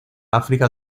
áfrica